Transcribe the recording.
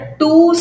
two